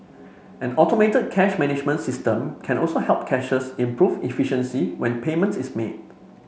an automated cash management system can also help cashiers improve efficiency when payment is made